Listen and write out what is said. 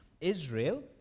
Israel